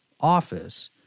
office